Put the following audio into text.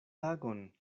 tagon